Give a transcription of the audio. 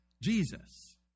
Jesus